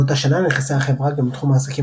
באותה שנה נכנסה החברה גם לתחום העסקים